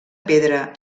pedra